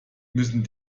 müssen